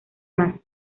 más